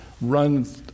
run